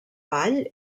vall